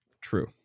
True